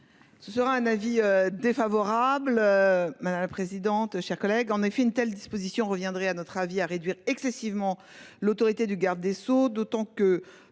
Ce sera un avis défavorable. Madame la présidente, chers collègues, en effet, une telle disposition reviendrait à notre avis à réduire excessivement l'autorité du garde des Sceaux d'autant que